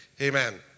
Amen